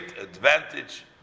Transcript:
advantage